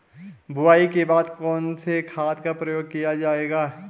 बुआई के बाद कौन से खाद का प्रयोग किया जायेगा?